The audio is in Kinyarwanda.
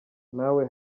nawe